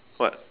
what